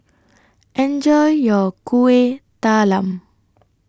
Enjoy your Kuih Talam